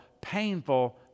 painful